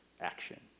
action